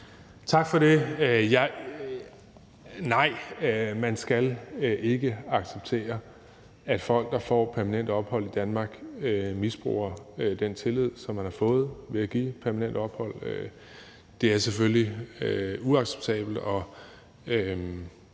Tak for det. Nej, man skal ikke acceptere, at folk, der får permanent ophold i Danmark, misbruger den tillid, som man har vist dem ved at give dem permanent ophold. Det er selvfølgelig uacceptabelt,